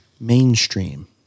Mainstream